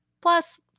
Plus